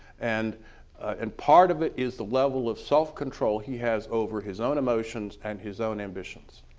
and and part of it is the level of self-control he has over his own emotions and his own ambitions.